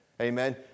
Amen